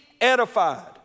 edified